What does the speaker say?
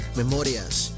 memorias